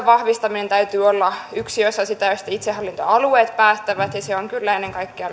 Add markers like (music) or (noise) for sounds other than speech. (unintelligible) vahvistaminen on yksi osa sitä mistä itsehallintoalueet päättävät ja se on kyllä ennen kaikkea